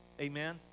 Amen